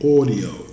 Audio